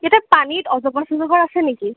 ইয়াতে পানীত অজগৰ ছজগৰ আছে নেকি